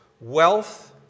Wealth